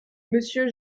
monsieur